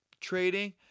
trading